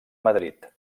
madrid